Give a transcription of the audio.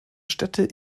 städte